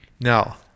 Now